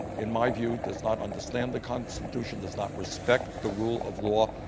in my view, does not understand the constitution, does not respect the rule of law,